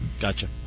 Gotcha